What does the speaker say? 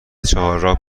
چهارراه